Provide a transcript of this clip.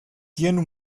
tiene